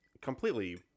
completely